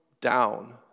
down